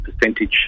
percentage